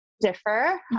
differ